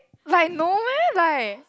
like no meh like